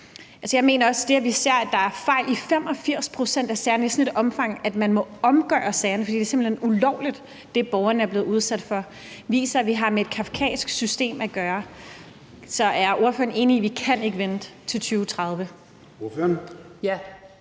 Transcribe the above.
vi ser, at der er fejl i 85 pct. af sagerne, altså i et sådant omfang, at man må omgøre sagerne, fordi det simpelt hen er ulovligt, hvad borgerne er blevet udsat for, viser, at vi har med et kafkask system at gøre. Så er ordføreren enig i, at vi ikke kan vente til 2030?